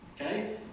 Okay